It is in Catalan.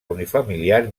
unifamiliar